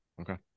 okay